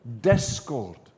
discord